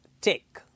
Take